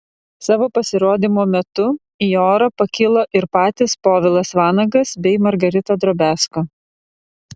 savo pasirodymo metu į orą pakilo ir patys povilas vanagas bei margarita drobiazko